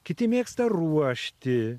kiti mėgsta ruošti